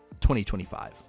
2025